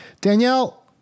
Danielle